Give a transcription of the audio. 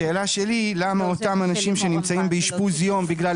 השאלה שלי למה אותם אנשים שנמצאים באשפוז יום בגלל